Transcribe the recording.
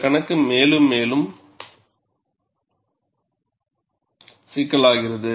இந்த கணக்கு மேலும் மேலும் சிக்கலாகிறது